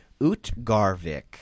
Utgarvik